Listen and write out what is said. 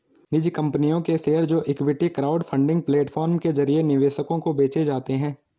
निजी कंपनियों के शेयर जो इक्विटी क्राउडफंडिंग प्लेटफॉर्म के जरिए निवेशकों को बेचे जाते हैं